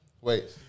Wait